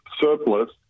surplus